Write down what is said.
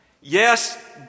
yes